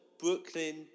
Brooklyn